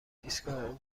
ایستگاه